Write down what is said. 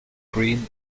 green